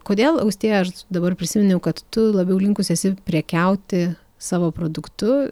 kodėl austėja aš dabar prisiminiau kad tu labiau linkusi esi prekiauti savo produktu